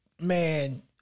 man